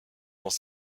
dans